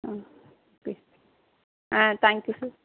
ம் okay ah thank you sir